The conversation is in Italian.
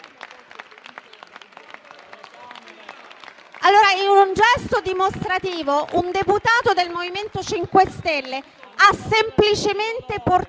In un gesto dimostrativo, un deputato del MoVimento 5 Stelle ha semplicemente portato